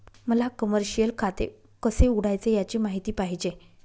मला कमर्शिअल खाते कसे उघडायचे याची माहिती पाहिजे